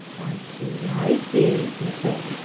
i see, i see, he said,